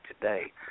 today